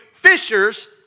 Fishers